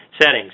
settings